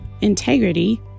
integrity